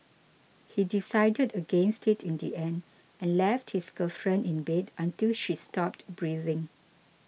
he decided against it in the end and left his girlfriend in bed until she stopped breathing